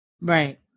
Right